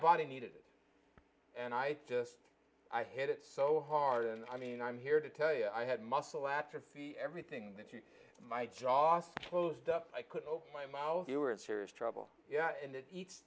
body needed it and i just i've had it so hard and i mean i'm here to tell you i had muscle atrophy everything that you my jaw closed up i could open my mouth you were in serious trouble yeah and it eats